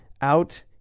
out